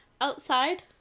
outside